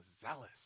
zealous